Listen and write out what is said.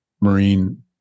Marine